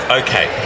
okay